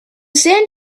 sand